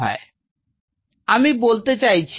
আমি বলতে চাইছি এটা এরকম হতে পারে